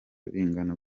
bingana